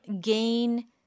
gain